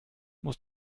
muss